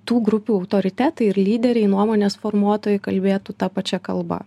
tų grupių autoritetai ir lyderiai nuomonės formuotojai kalbėtų ta pačia kalba